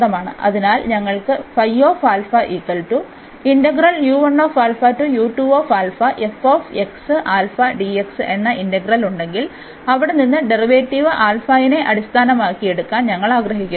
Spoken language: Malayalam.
അതിനാൽ ഞങ്ങൾക്ക് എന്ന ഇന്റഗ്രൽ ഉണ്ടെങ്കിൽ അവിടെ നിന്ന് ഡെറിവേറ്റീവ് നെ അടിസ്ഥാനമാക്കി എടുക്കാൻ ഞങ്ങൾ ആഗ്രഹിക്കുന്നു